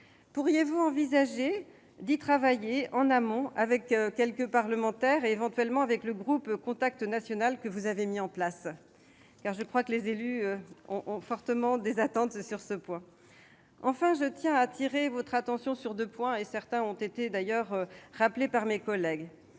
Pourriez-vous envisager d'y travailler en amont avec quelques parlementaires et, éventuellement, avec le groupe-contact national que vous avez mis en place ? Les élus ont en effet de fortes attentes à cet égard. Enfin, je tiens à attirer votre attention sur deux points qui ont été rappelés par mes collègues.